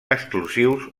exclusius